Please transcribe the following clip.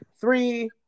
three